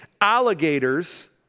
alligators